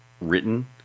written